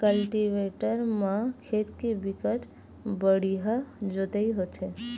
cultivator म खेत के बिकट बड़िहा जोतई होथे